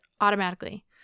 automatically